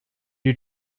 you